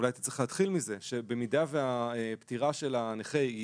- ואולי הייתי צריך להתחיל בזה שבמידה שהפטירה של הנכה היא